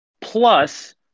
Plus